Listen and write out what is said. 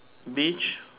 beach